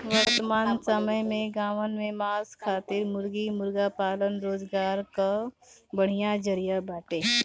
वर्तमान समय में गांवन में मांस खातिर मुर्गी मुर्गा पालन रोजगार कअ बढ़िया जरिया बाटे